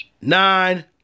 nine